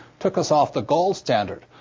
took us off the gold standard.